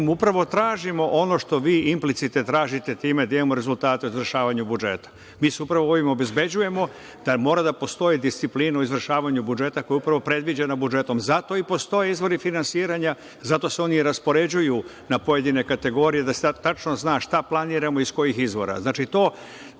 upravo tražimo ono što vi implicite tražite time da imamo rezultate izvršavanja budžeta. Mi se upravo ovim obezbeđujemo da mora da postoji disciplina u izvršavanju budžeta, koja je upravo predviđena budžetom. Zato i postoje izvori finansiranja, zato se oni i raspoređuju na pojedine kategorije, da se sada tačno zna šta planiramo i iz kojih izvora. Kao što